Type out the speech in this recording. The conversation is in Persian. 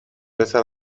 پسر